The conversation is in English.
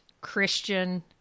Christian